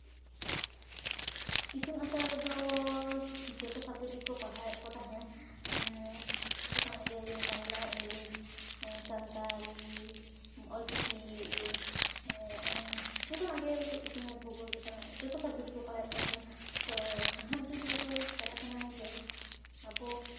ᱤᱛᱩᱱ ᱟᱥᱲᱟ ᱨᱮᱫᱚ ᱡᱚᱛᱚ ᱥᱟᱵᱡᱮᱠᱴ ᱜᱮᱠᱚ ᱯᱟᱲᱦᱟᱣᱮᱫ ᱠᱚ ᱛᱟᱦᱮᱸᱫ ᱡᱚᱛᱚᱱᱟᱜ ᱜᱮ ᱡᱮᱢᱚᱱ ᱵᱟᱝᱞᱟ ᱤᱝᱞᱤᱥ ᱥᱟᱱᱛᱟᱞᱤ ᱚᱞ ᱪᱤᱠᱤ ᱡᱚᱛᱚᱱᱟᱜ ᱜᱮ ᱤᱛᱤᱦᱟᱥ ᱵᱷᱩᱜᱳᱞ ᱡᱚᱛᱚᱱᱟᱜ ᱜᱮ ᱡᱚᱛᱚ ᱥᱟᱵᱡᱮᱠᱴ ᱜᱮᱠᱚ ᱯᱟᱲᱦᱟᱣᱮᱫ ᱠᱚ ᱛᱟᱦᱮᱱ ᱛᱚ ᱱᱟᱦᱟᱜ ᱡᱩᱜᱽ ᱨᱮᱫᱚ ᱪᱟᱞᱟᱜ ᱠᱟᱱᱟ ᱡᱮ ᱟᱵᱚ